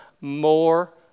more